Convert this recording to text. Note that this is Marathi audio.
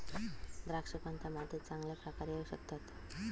द्राक्षे कोणत्या मातीत चांगल्या प्रकारे येऊ शकतात?